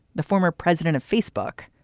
the former president of facebook.